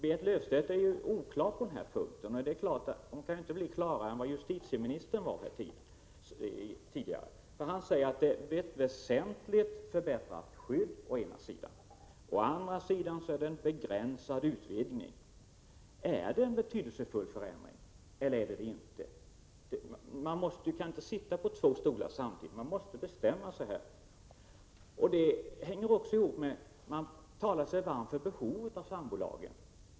Berit Löfstedt är oklar på den punkten, och det är klart att hon inte kan bli klarare än vad justitieministern var här tidigare. Han sade å ena sidan att det är ett väsentligt förbättrat skydd; å andra sidan är det fråga om en begränsad utvidgning. Är det en betydelsefull förändring eller är det det inte? Man kan inte sitta på två stolar samtidigt — man måste bestämma sig. Man talar sig varm för behovet av sambolagen.